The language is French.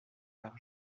par